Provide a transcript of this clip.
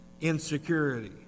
insecurity